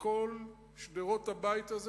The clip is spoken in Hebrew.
בכל שדרות הבית הזה,